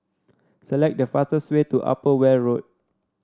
select the way to Upper Weld Road